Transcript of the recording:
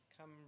come